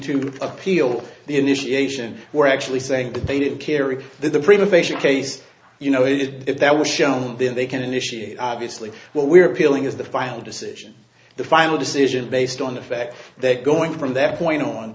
to appeal the initiation we're actually saying that they did carry the prima facia case you know if that was shown then they can initiate obviously what we're appealing is the final decision the final to see based on the fact that going from that point on